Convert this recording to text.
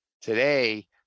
Today